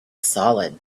solid